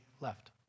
left